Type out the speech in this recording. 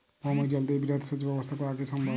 ভৌমজল দিয়ে বৃহৎ সেচ ব্যবস্থা করা কি সম্ভব?